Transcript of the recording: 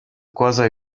quasi